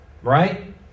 right